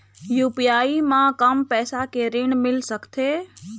UPI म कम पैसा के ऋण मिल सकथे?